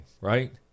right